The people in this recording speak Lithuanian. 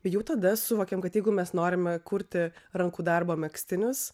jau tada suvokėm kad jeigu mes norime kurti rankų darbo megztinius